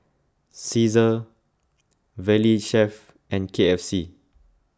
Cesar Valley Chef and K F C